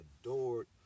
adored